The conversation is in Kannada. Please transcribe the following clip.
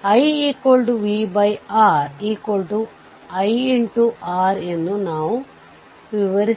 19 b ನಲ್ಲಿ ಇರುವ ಸರ್ಕ್ಯೂಟ್ ನ್ನು ಪುನಃ ರಚಿಸಿದರೆ ಎಲ್ಲಾ